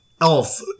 elf